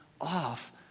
off